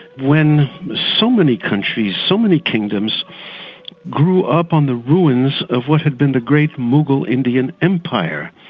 when so many countries, so many kingdoms grew up on the ruins of what had been the great moghul indian empire.